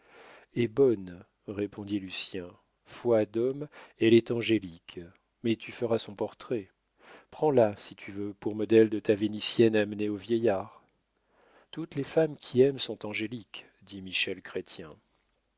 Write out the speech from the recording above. et bonne répondit lucien foi d'homme elle est angélique mais tu feras son portrait prends-la si tu veux pour modèle de ta vénitienne amenée au vieillard toutes les femmes qui aiment sont angéliques dit michel